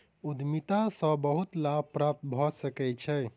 उद्यमिता सॅ बहुत लाभ प्राप्त भ सकै छै